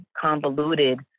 convoluted